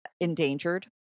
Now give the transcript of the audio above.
endangered